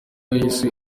yahise